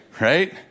right